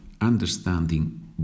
understanding